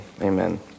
Amen